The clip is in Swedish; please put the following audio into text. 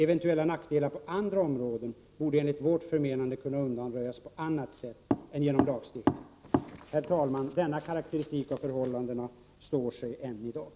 Eventuella nackdelar på andra områden borde enligt vårt förmenande kunna undanröjas på annat sätt än genom lagstiftning.” Herr talman! Denna karaktäristik av förhållandena står sig än i dag.